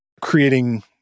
creating